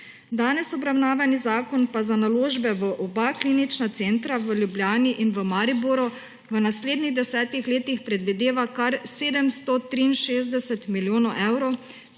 Danes obravnavani zakon pa za naložbe v oba klinična centra v Ljubljani in Mariboru v naslednjih desetih letih predvideva kar 763 milijonov evrov;